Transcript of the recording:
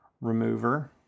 Remover